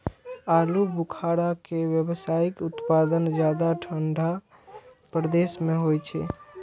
आलू बुखारा के व्यावसायिक उत्पादन ज्यादा ठंढा प्रदेश मे होइ छै